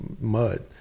mud